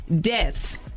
deaths